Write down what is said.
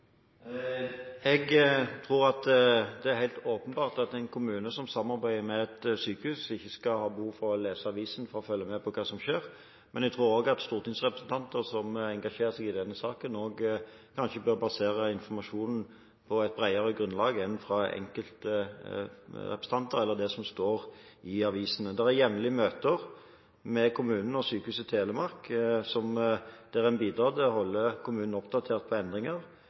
Jeg tror det er helt åpenbart at en kommune som samarbeider med et sykehus, ikke skal ha behov for å lese avisen for å følge med på hva som skjer. Men jeg tror også at stortingsrepresentanter som engasjerer seg i denne saken, kanskje bør basere informasjonen på et bredere grunnlag enn på enkelte representanter eller på det som står i avisene. Det er jevnlig møter med kommunen og Sykehuset Telemark, der en bidrar til å holde kommunen oppdatert på endringer.